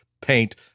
paint